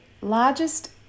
largest